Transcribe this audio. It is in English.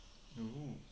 ya